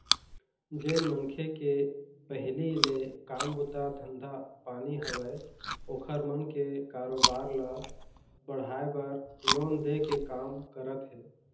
जेन मनखे के पहिली ले काम बूता धंधा पानी हवय ओखर मन के कारोबार ल बढ़ाय बर लोन दे के काम करत हे